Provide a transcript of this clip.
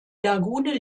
lagune